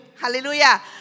Hallelujah